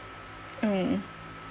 mm